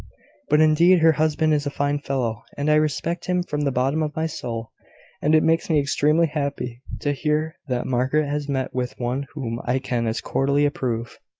but, indeed, her husband is a fine fellow, and i respect him from the bottom of my soul and it makes me extremely happy to hear that margaret has met with one whom i can as cordially approve.